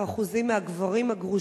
שאלתו היא: כ-15% מהגברים הגרושים